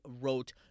wrote